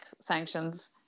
sanctions